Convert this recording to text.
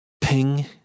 ping